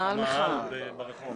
המאהל ברחוב.